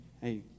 Hey